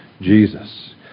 Jesus